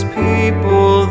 people